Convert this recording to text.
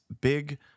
big